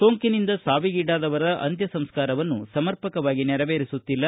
ಸೋಂಕಿನಿಂದ ಸಾವಿಗೀಡಾದವರ ಅಂತ್ವಸಂಸ್ಕಾರವನ್ನು ಸಮರ್ಪಕವಾಗಿ ನೆರವೇರಿಸುತ್ತಿಲ್ಲ